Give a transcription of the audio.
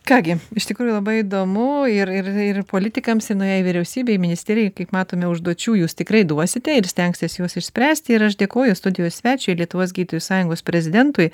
ką gi iš tikrųjų labai įdomu ir ir ir politikams ir naujai vyriausybei ministerijai kaip matome užduočių jūs tikrai duosite ir stengsitės juos išspręsti ir aš dėkoju studijos svečiui lietuvos gydytojų sąjungos prezidentui